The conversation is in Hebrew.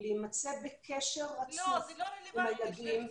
-- להימצא בקשר רצוף עם הילדים,